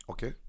Okay